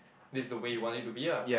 this the way you want it to be ah